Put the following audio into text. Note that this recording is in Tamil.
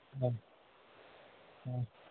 ஆ ஆ